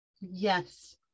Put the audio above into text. Yes